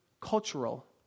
cultural